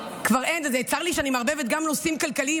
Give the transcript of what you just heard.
צר לי שאני מערבבת גם נושאים כלכליים,